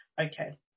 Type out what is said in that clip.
Okay